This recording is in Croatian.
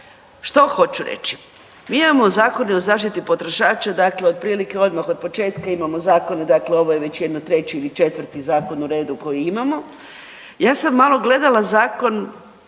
Što hoću reći? Mi imamo Zakon o zaštiti potrošača dakle otprilike odmah od početka imamo zakone, dakle ovo je već jedno treći ili četvrti zakon u redu koji imamo. Ja sam malo gledala zakon